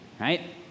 right